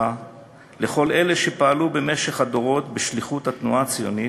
לכל אלה שפעלו במשך הדורות בשליחות התנועה הציונית,